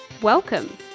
Welcome